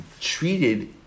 treated